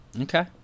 Okay